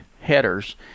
headers